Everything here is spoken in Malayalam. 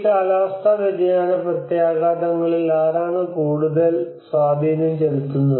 ഈ കാലാവസ്ഥാ വ്യതിയാന പ്രത്യാഘാതങ്ങളിൽ ആരാണ് കൂടുതൽ സ്വാധീനം ചെലുത്തുന്നത്